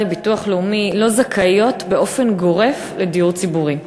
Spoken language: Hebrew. לביטוח לאומי לא זכאיות באופן גורף לדיור ציבורי.